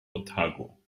otago